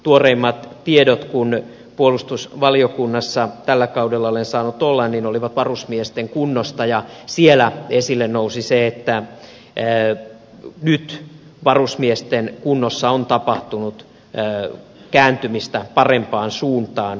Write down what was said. tuoreimmat tiedot kun puolustusvaliokunnassa tällä kaudella olen saanut olla olivat varusmiesten kunnosta ja siellä esille nousi se että nyt varusmiesten kunnossa on tapahtunut kääntymistä parempaan suuntaan